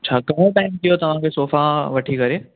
छा घणो टाईम थी वियो तव्हांखे सोफा वठी करे